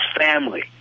family